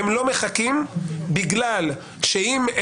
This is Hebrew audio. אם הם